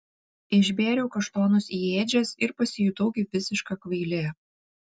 išbėriau kaštonus į ėdžias ir pasijutau kaip visiška kvailė